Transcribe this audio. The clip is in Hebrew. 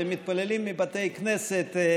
מתפללים מבתי כנסת,